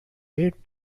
eight